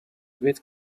with